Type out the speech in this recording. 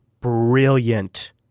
brilliant